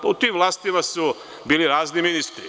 U tim vlastima su bili razni ministri.